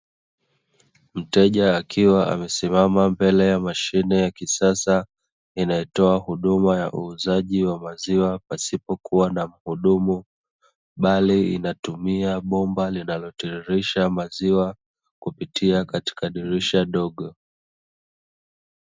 Mteja akiwa amesimama mbele ya mashine ya kisasa, inayotoa huduma ya uuzaji wa maziwa pasipokua na mhudumu, bali inatumia bomba linalotiririsha maziwa kupitia katika dirisha dogo.